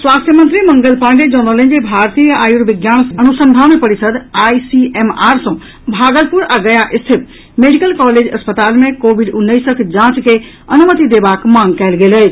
स्वास्थ्य मंत्री मंगल पांडेय जनौलनि जे भारतीय आयुर्विज्ञान अनुसंधान परिषद आईसीएमआर सँ भागलुपर आ गया स्थित मेडिकल कॉलेज अस्पताल मे कोविड उन्नैसक जांच के अनुमति देबाक मांग कयल गेल अछि